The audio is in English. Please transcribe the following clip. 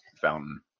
fountain